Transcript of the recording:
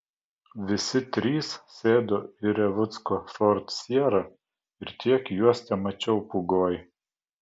visi trys sėdo į revucko ford sierra ir tiek juos temačiau pūgoj